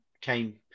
came